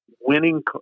winning